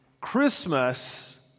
Christmas